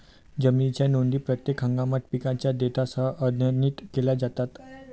जमिनीच्या नोंदी प्रत्येक हंगामात पिकांच्या डेटासह अद्यतनित केल्या जातात